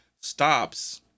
stops